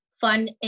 fun